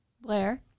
Blair